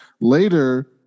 later